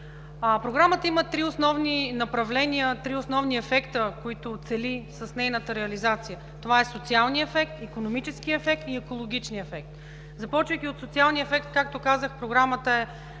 Програмата има три основни направления, три основни ефекта, които цели с реализацията си. Това са социалният ефект, икономическият ефект и екологичният ефект. Започвайки от социалния ефект, както казах, Програмата е